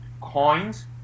coins